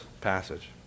passage